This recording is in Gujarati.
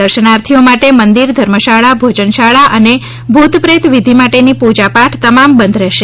દર્શનાર્થીઓ માટે મંદિર ધર્મશાળા ભોજનશાળા અને ભૂત પ્રેત વિઘિ માટેની પૂજા પાઠ તમામ બંધ રહેશે